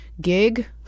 gig